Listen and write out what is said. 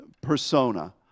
persona